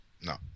no